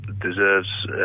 deserves